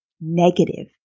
negative